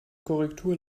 korrektur